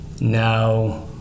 now